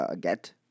get